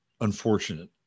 unfortunate